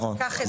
כן.